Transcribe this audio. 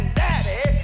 daddy